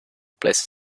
places